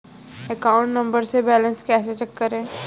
Account number से balance कैसे check करें?